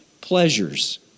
pleasures